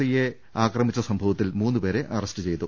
I ആക്രമിച്ച സംഭ വത്തിൽ മൂന്നുപേരെ അറസ്റ്റ് ചെയ്തു